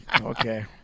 Okay